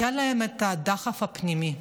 היה להם את הדחף הפנימי,